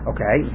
Okay